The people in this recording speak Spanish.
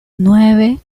nueve